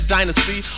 Dynasty